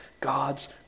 God's